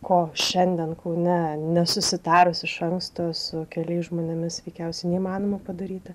ko šiandien kaune nesusitarus iš anksto su keliais žmonėmis veikiausiai neįmanoma padaryti